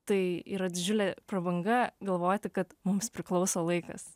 tai yra didžiulė prabanga galvoti kad mums priklauso laikas